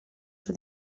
oedd